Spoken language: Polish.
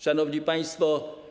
Szanowni Państwo!